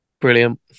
Brilliant